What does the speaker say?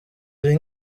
ari